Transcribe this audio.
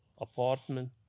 apartment